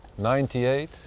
98